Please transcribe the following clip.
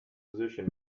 position